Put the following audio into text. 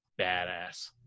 badass